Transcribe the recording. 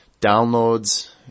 downloads